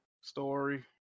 Story